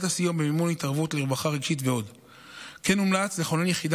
אפשר להיצמד לעובדות, וזה עדיין